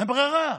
אין ברירה.